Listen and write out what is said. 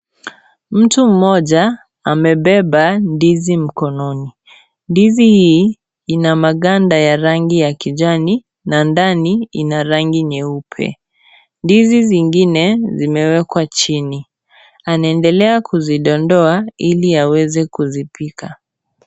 Mtu mmoja, amebeba, ndizi mkononi, ndizi hii, ina maganda ya rangi ya kijani, na ndani ina rangi nyeupe, ndizi zingine, zimewekwa chini, anaendelea kuzidondoa, ili aweze kuzipika.